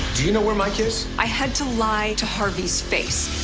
do you know where mike is? i had to lie to harvey's face.